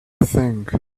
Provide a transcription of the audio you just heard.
thing